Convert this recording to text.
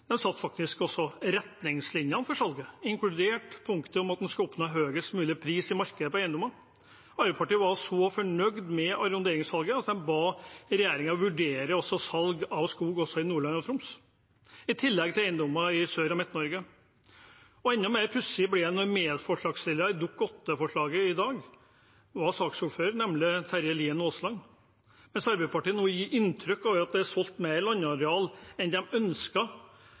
faktisk også retningslinjene for salget, inkludert punktet om at en skal oppnå høyest mulig pris i markedet for eiendommer. Arbeiderpartiet var så fornøyd med arronderingssalget at de ba regjeringen vurdere salg av skog også i Nordland og Troms, i tillegg til eiendommer i Sør- og Midt-Norge. Enda mer pussig blir det når medforslagsstiller til Dokument 8-forslaget i dag var saksordfører da, nemlig Terje Aasland. Mens Arbeiderpartiet nå gir inntrykk av at det er solgt mer landareal enn